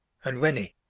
and rennie.